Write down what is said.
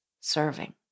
serving